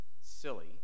silly